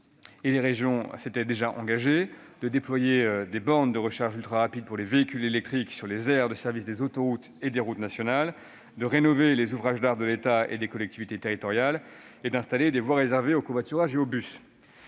et les régions s'étaient déjà engagés, à déployer des bornes de recharge ultrarapide pour véhicules électriques sur les aires de services des autoroutes et des routes nationales, à rénover les ouvrages d'art de l'État et des collectivités locales et à installer des voies réservées au covoiturage et aux bus.